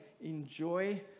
enjoy